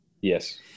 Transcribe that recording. Yes